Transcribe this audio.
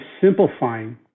simplifying